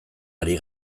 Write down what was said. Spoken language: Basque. ari